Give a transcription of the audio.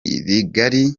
rigari